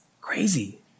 crazy